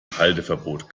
halteverbot